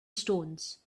stones